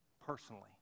personally